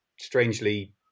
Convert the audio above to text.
strangely